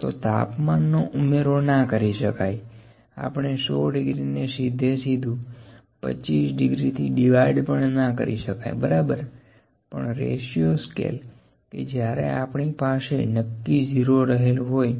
તો તાપમાન નો ઉમેરો ના કરી શકાય આપણે 100 ડિગ્રી ને સીધેસીધું 25 ડિગ્રી થી ડીવાઈડ પણ ના કરી શકાય બરાબર પણ રેશિયો સ્કેલ કે જ્યારે આપણી પાસે નક્કી 0 રહેલ હોય